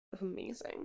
Amazing